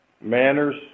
Manners